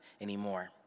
anymore